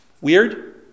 Weird